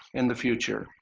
and the future.